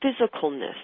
physicalness